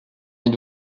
êtes